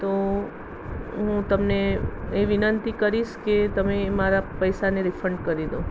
તો હું તમને એ વિનંતી કરીશ કે તમે એ મારા પૈસાને રિફંડ કરી દો